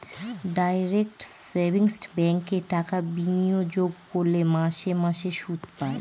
direct savings ব্যাঙ্কে টাকা বিনিয়োগ করলে মাসে মাসে সুদ পায়